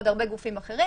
כמו עוד הרבה גופים אחרים,